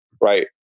right